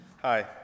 Hi